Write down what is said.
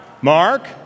Mark